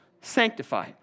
Sanctify